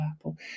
Apple